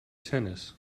tennis